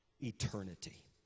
eternity